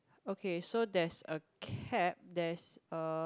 okay so there's a cap there's a